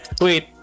wait